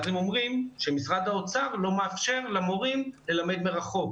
אבל אז הם אומרים שמשרד האוצר לא מאפשר למורים ללמד מרחוק.